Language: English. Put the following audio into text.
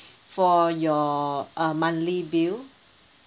for your uh monthly bill